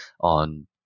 on